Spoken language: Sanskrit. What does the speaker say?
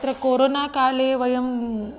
तत्र कोरोना काले वयम्